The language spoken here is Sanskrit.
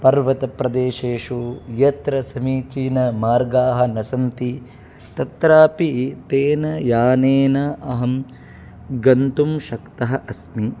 पर्वतप्रदेशेषु यत्र समीचीनमार्गाः न सन्ति तत्रापि तेन यानेन अहं गन्तुं शक्तः अस्मि